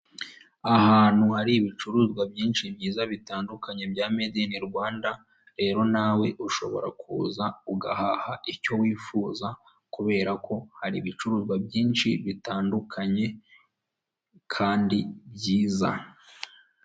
Inyubako nziza y'igorofa ikorerwamo serivisi zitandukanye, imbere yayo hakaba hariho icyapa cyanditseho Sonarwa bigaragara ko hari serivisi runaka zitangirwa aha hantu, rero nawe ubaye ukenera serivisi zitangirwa aha ahantu waza ukahasura ubundi bakagufasha.